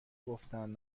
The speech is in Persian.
گفتن